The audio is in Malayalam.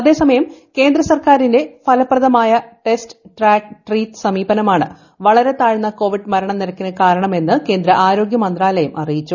അതേസമയം കേന്ദ്ര സർക്കാരിന്റെ ഫലപ്രദമായ ടെസ്റ്റ് ട്രാക്ക് ട്രീറ്റ് സമീപനമാണ് വളരെ താഴ്ന്ന കോവിഡ് മരണനിരക്കിന് കാരണം എന്ന് കേന്ദ്ര ആരോഗ്യ മന്ത്രാലയം അറിയിച്ചു